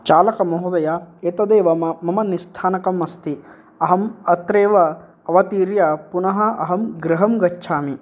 चालकमहोदय एतदेव म मम निस्थानकम् अस्ति अहं अत्रेव अवतीर्य पुनः अहं गृहं गच्छामि